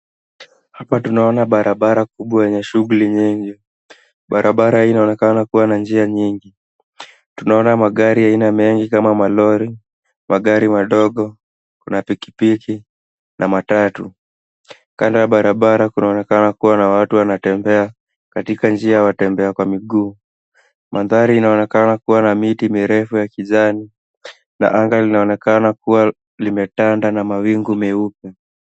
Hapa tunaona barabara kubwa yenye shughuli nyingi. Barabarahii inaonekana kuwa na njia nyingi. Tunaona magari aina mengi kama malori, magari madogo, kuna pikipiki na matatu. Kando ya barabara kunaonekana kuwa na watu wanatembea katika njia ya watembea kwa miguu . Mandhari inaonekana kuwa na miti mirefu ya kijani na anga linaonekana kuwa limetanda na mawingu meupe.